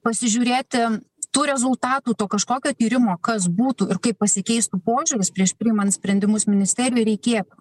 pasižiūrėti tų rezultatų to kažkokio tyrimo kas būtų ir kaip pasikeistų požiūris prieš priimant sprendimus ministerijoj reikėtų